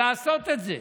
לעשות את זה.